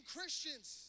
Christians